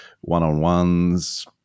one-on-ones